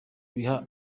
biha